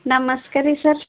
ನಮಸ್ಕಾರ್ರಿ ಸರ್